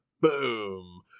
Boom